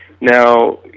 Now